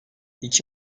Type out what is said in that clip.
i̇ki